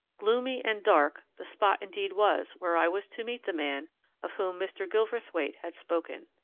gloomy and dark the spot indeed was where i was to meet the man of whom mr. gilverthwaite had spoken.